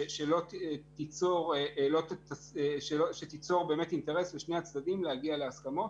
שתיצור אינטרס לשני הצדדים להגיע להסכמות.